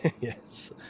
Yes